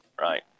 right